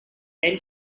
and